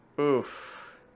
Oof